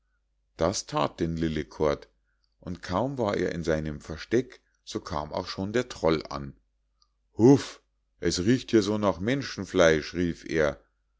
das that denn lillekort und kaum war er in seinem versteck so kam auch schon der troll an houf es riecht hier so nach menschenfleisch rief er